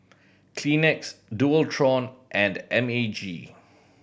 Kleenex Dualtron and M A G